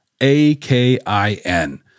A-K-I-N